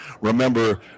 remember